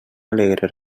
alegre